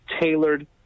tailored